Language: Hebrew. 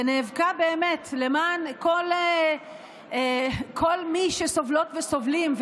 ונאבקה באמת למען כל מי שסובלות וסובלים,